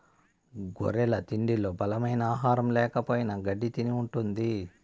గొర్రెల తిండిలో బలమైన ఆహారం ల్యాకపోయిన గెడ్డి తిని ఉంటది